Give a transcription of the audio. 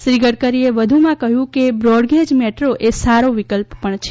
શ્રી ગડકરીએ વધુમાં કહ્યું કે બ્રોડગેજ મેટ્રો એ સારો વિકલ્પ પણ છે